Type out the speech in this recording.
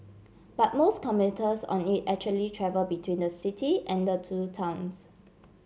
but most commuters on it actually travel between the city and the two towns